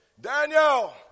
Daniel